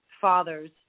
fathers